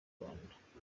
rwanda